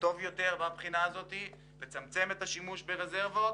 טוב יותר, לצמצם את השימוש ברזרבות,